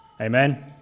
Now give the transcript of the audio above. Amen